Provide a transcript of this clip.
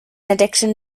addiction